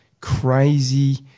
crazy